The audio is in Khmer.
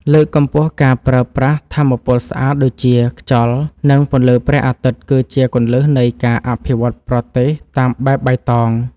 លើកកម្ពស់ការប្រើប្រាស់ថាមពលស្អាតដូចជាខ្យល់ និង ពន្លឺព្រះអាទិត្យគឺជាគន្លឹះនៃការអភិវឌ្ឍប្រទេសតាមបែបបៃតង។